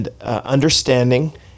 understanding